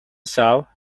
saw